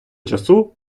часу